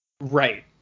Right